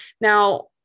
Now